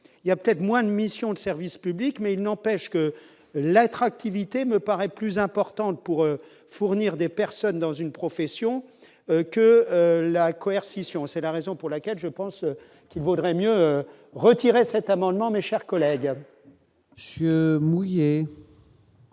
il y a peut-être moins de missions de service public, mais il n'empêche que l'attractivité me paraît plus importante pour fournir des personnes dans une profession que la coercition, c'est la raison pour laquelle je pense qu'il vaudrait mieux retirer cet amendement, mes chers collègues. Mouillé.